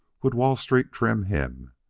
would wall street trim him?